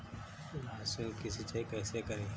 लहसुन की सिंचाई कैसे करें?